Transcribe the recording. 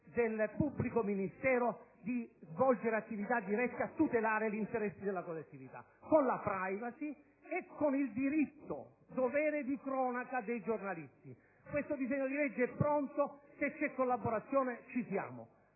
del pubblico ministero di svolgere attività dirette a tutelare gli interessi della collettività con la *privacy* e con il diritto-dovere di cronaca dei giornalisti. Questo disegno di legge è pronto: se c'è collaborazione, ci siamo.